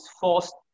forced